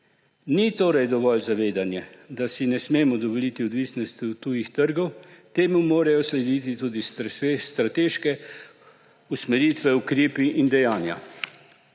Ni torej dovolj zavedanja, da si ne smemo dovoliti odvisnosti od tujih trgov, temu morajo slediti tudi strateške usmeritve, ukrepi in dejanja.